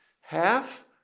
Half